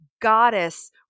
goddess